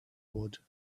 would